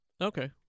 Okay